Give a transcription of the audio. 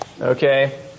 Okay